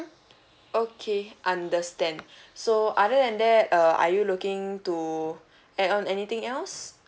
okay understand so other than that uh are you looking to add on anything else